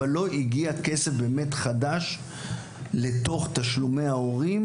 אבל לא הגיע כסף באמת חדש לתוך תשלומי ההורים,